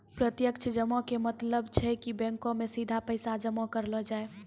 प्रत्यक्ष जमा के मतलब छै कि बैंको मे सीधा पैसा जमा करलो जाय छै